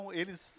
eles